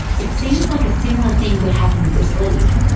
it seems like a similar thing could happen with the sleeve,